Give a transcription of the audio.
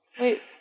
Wait